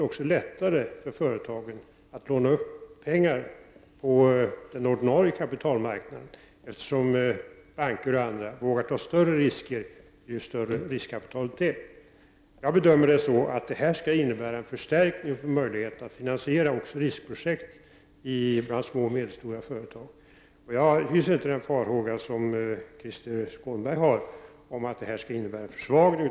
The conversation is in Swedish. Erfarenheten är nämligen att bankerna är riskvilliga i mycket liten utsträckning.